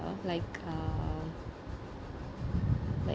like uh like